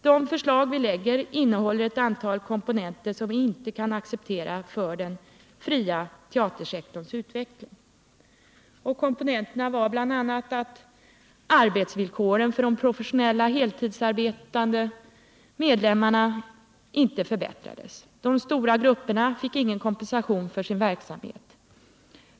De förslag vi lägger innehåller ett antal komponenter som vi inte kan acceptera för den fria teatersektorns utveckling.” Dessa komponenter var bl.a. att arbetsvillkoren för de professionella, heltidsarbetande medlemmarna inte förbättrades och att de ”stora” grupperna inte fick någon kompensation för sin verksamhet.